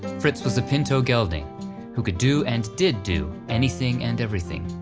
fritz was a pinto gelding who could do and did do anything and everything.